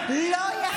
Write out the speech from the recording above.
לא רק